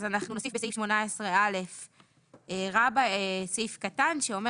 אז אנחנו נוסיף בסעיף 18א סעיף קטן שאומר